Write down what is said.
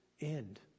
end